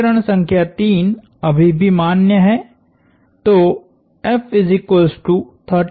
समीकरण संख्या 3 अभी भी मान्य है